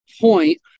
point